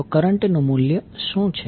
તો કરંટ નું મૂલ્ય શું છે